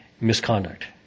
misconduct